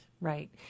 right